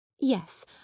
yes